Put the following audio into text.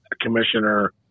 commissioner